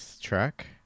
track